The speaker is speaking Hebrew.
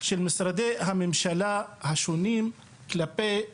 של משרדי הממשלה השונים כלפי האזרחים.